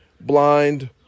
blind